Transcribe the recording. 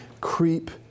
creep